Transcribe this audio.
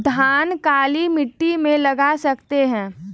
धान काली मिट्टी में लगा सकते हैं?